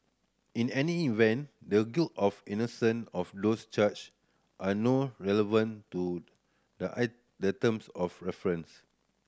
in any event the guilt of innocence of those charged are no relevant to the I the terms of reference